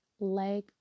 leg